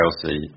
Chelsea